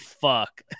fuck